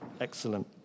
Excellent